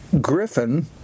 Griffin